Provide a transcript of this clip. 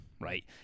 right